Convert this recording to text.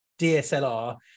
DSLR